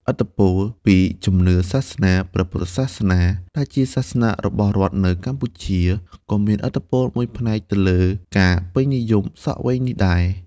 ឥទ្ធិពលពីជំនឿសាសនា ព្រះពុទ្ធសាសនា ដែលជាសាសនារបស់រដ្ឋនៅកម្ពុជា ក៏មានឥទ្ធិពលមួយផ្នែកទៅលើការពេញនិយមសក់វែងនេះដែរ។